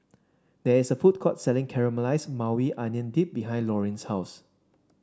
there is a food court selling Caramelize Maui Onion Dip behind Lorin's house